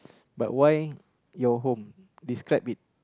but why your home describe it